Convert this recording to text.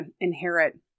inherit